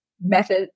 method